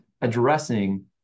addressing